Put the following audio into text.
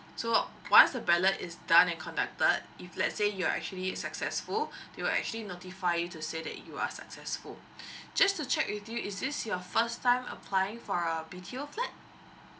so once the ballot is done and conducted if let's say you're actually successful it'll actually notify to say that you are successful just to check with you is this your first time applying for a B_T_O flat